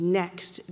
next